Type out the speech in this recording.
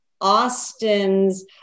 Austin's